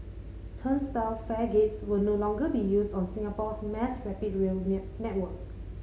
turnstile fare gates will no longer be used on Singapore's mass rapid rail network